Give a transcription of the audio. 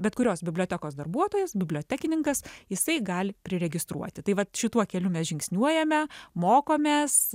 bet kurios bibliotekos darbuotojas bibliotekininkas jisai gali priregistruoti tai vat šituo keliu mes žingsniuojame mokomės